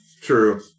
True